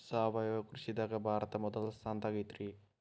ಸಾವಯವ ಕೃಷಿದಾಗ ಭಾರತ ಮೊದಲ ಸ್ಥಾನದಾಗ ಐತ್ರಿ